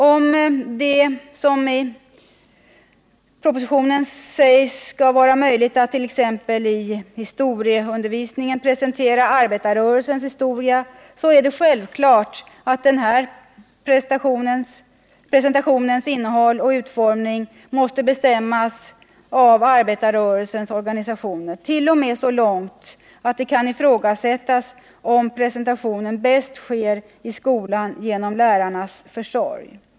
Om det, som sägs i propositionen, skall vara möjligt attt.ex. i historieundervisningen presentera arbetarrörelsens historia, är det självklart att denna presentations innehåll och utformning måste bestämmas av arbetarrörelsens organisationer —t.o.m. så långt att det kan ifrågasättas om presentationen bäst sker i skolan genom lärarnas försorg.